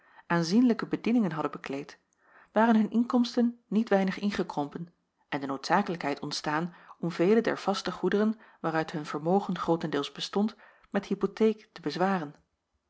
aanzienlijke bedieningen hadden bekleed waren hun inkomsten niet weinig ingekrompen en de noodzakelijkheid ontstaan om vele der vaste goederen waaruit hun vermogen grootendeels bestond met hypotheek te bezwaren